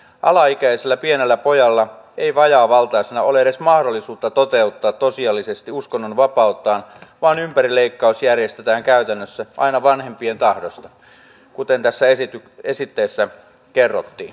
alaikäisellä pienellä pojalla ei vajaavaltaisena ole edes mahdollisuutta toteuttaa tosiasiallisesti uskonnonvapauttaan vaan ympärileikkaus järjestetään käytännössä aina vanhempien tahdosta kuten tässä esityksessä kerrottiin